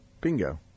Bingo